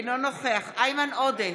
אינו נוכח איימן עודה,